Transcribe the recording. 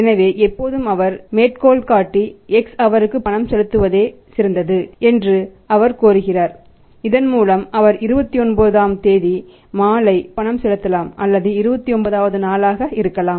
எனவே எப்போதும் அவர் மேற்கோள் காட்டி X அவருக்கு பணம் செலுத்துவதே சிறந்தது என்று அவர் கோருகிறார் இதன் மூலம் அவர் 29 ஆம் தேதி மாலை பணம் செலுத்தலாம் அல்லது 29 வது நாளாக இருக்கலாம்